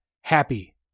happy